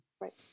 right